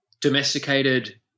domesticated